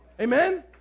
Amen